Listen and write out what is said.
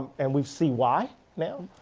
and we see why now.